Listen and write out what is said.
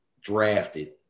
drafted